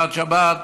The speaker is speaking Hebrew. לשמירת שבת,